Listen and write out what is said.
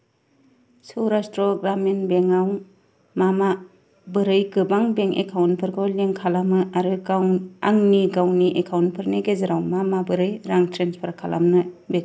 सौरास्ट्र ग्रामिन बेंकयाव मा मा बोरै गोबां बेंक एकाउन्टफोरखौ लिंक खालामो आरो आंनि गावनि एकाउन्टफोरनि गेजेराव मा मा बोरै रां ट्रेन्सफार खालामो बेखौ आंनो खोन्था